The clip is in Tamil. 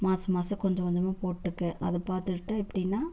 மாதம் மாதம் கொஞ்சம் கொஞ்சமாக போட்டுக்க அது பார்த்துக்கிட்டு இப்படின்னா